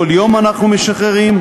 כל יום אנחנו משחררים,